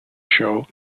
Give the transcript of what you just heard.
show